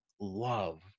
love